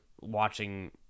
watching